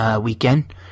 weekend –